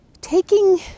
taking